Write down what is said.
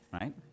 right